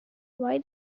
why